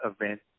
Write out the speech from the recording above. event